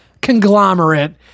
conglomerate